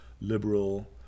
liberal